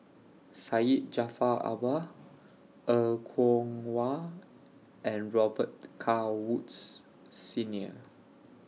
Syed Jaafar Albar Er Kwong Wah and Robet Carr Woods Senior